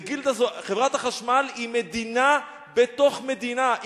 חברת החשמל היא מדינה בתוך מדינה,